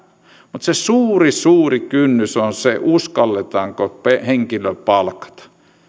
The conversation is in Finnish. mutta se suuri suuri kynnys on siinä uskalletaanko henkilö palkata